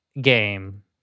game